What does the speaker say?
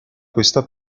questa